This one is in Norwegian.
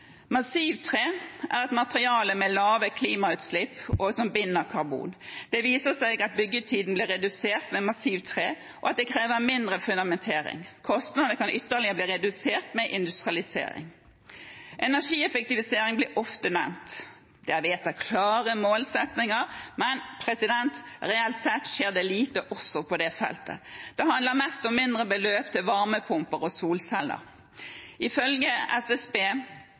er et materiale med lave klimagassutslipp og binder karbon. Det viser seg at byggetiden blir redusert med massivtre, og at det krever mindre fundamentering. Kostnader kan ytterligere bli redusert med industrialisering. Energieffektivisering blir ofte nevnt. Det er vedtatt klare målsettinger, men reelt sett skjer det lite også på det feltet. Det handler mest om mindre beløp til varmepumper og solceller. Ifølge SSB